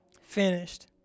finished